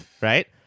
right